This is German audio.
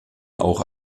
auch